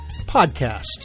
podcast